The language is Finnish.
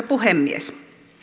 puhemies